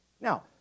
Now